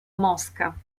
mosca